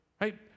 right